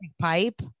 Pipe